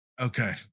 Okay